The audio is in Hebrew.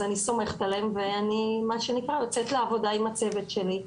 אז אני סומכת עליהם ואני משה שנקרא-יוצאת לעבודה עם הצוות שלי,